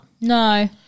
No